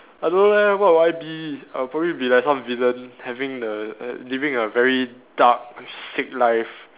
I don't know leh what would I be I would probably be like some villain having a err living a very dark sick life